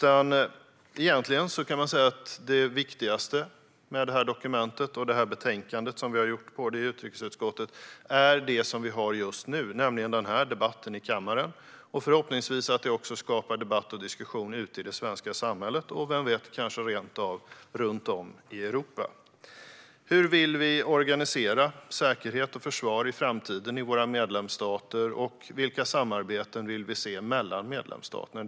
Man kan säga att det viktigaste med detta dokument och med utrikesutskottets utlåtande är det vi har just nu, nämligen denna debatt i kammaren. Förhoppningsvis skapar det också debatt och diskussion i det svenska samhället och kanske rent av runt om i Europa. Hur vill vi organisera säkerhet och försvar i framtiden i våra medlemsstater, och vilka samarbeten vill vi se mellan medlemsstaterna?